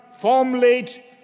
formulate